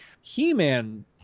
He-Man